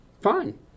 fine